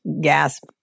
gasp